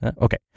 Okay